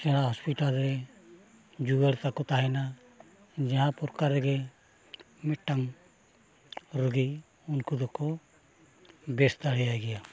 ᱥᱮᱬᱟ ᱦᱚᱥᱯᱤᱴᱟᱞ ᱨᱮ ᱡᱳᱜᱟᱲ ᱛᱟᱠᱚ ᱛᱟᱦᱮᱱᱟ ᱡᱟᱦᱟᱸ ᱯᱨᱚᱠᱟᱨ ᱨᱮᱜᱮ ᱢᱤᱫᱴᱟᱝ ᱟᱹᱰᱤ ᱩᱱᱠᱩ ᱫᱚᱠᱚ ᱵᱮᱥ ᱫᱟᱲᱮᱭᱟᱭ ᱜᱮᱭᱟ